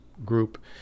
group